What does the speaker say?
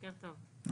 בוקר טוב.